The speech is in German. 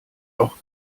auch